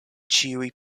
ĉiuj